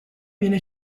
viene